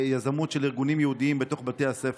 יוזמות של ארגונים יהודיים אל תוך בתי הספר?